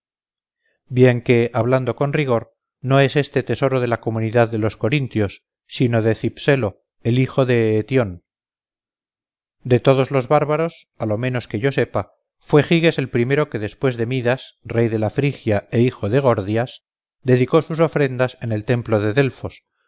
bien que hablando con rigor no es este tesoro de la comunidad de los corintios sino de cipselo el hijo de eetion de todos los bárbaros al lo menos que yo sepa fue giges el primero que después de midas rey de la frigia e hijo de gordias dedicó sus ofrendas en el templo de delfos